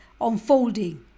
unfolding